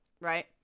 right